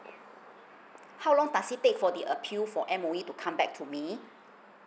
how long does it take for the appeal for M_O_E to come back to me